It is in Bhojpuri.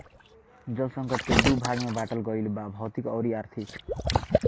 जल संकट के दू भाग में बाटल गईल बा भौतिक अउरी आर्थिक